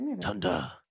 Thunder